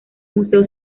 museo